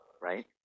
right